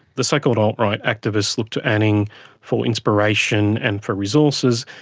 the so-called alt-right activists look to anning for inspiration and for resources.